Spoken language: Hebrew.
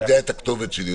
יודע את הכתובת שלי,